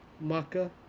Maka